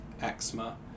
eczema